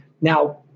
Now